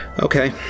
Okay